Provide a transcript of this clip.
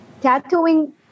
tattooing